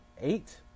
eight